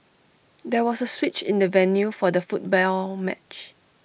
there was A switch in the venue for the football match